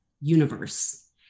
universe